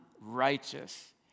righteous